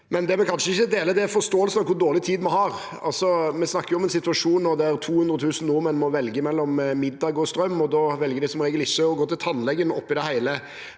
Det vi kanskje ikke deler, er forståelsen av hvor dårlig tid vi har. Vi snakker om en situasjon der 200 000 nordmenn må velge mellom middag og strøm, og da velger de som regel ikke å gå til tannlegen.